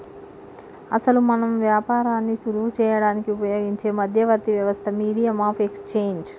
అసలు మనం వ్యాపారాన్ని సులువు చేయడానికి ఉపయోగించే మధ్యవర్తి వ్యవస్థ మీడియం ఆఫ్ ఎక్స్చేంజ్